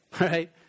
right